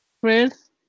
chris